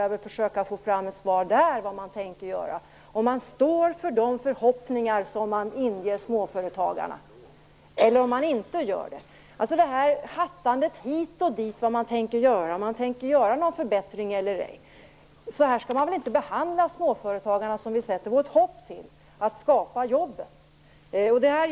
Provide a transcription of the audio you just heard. Då får jag försöka att få fram ett svar därifrån på frågan vad man tänker göra, om man står för de förhoppningar som man har ingett småföretagarna eller om man inte gör det. Det är ett hattande hit och dit. Så här kan man väl inte behandla småföretagarna som vi sätter vårt hopp till att de skall skapa nya jobb.